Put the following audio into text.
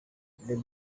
the